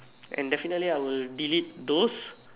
and definitely I will delete those